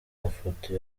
mafoto